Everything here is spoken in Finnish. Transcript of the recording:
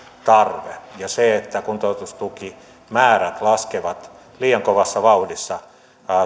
tarve ja se että kuntoutustukimäärät laskevat liian kovassa vauhdissa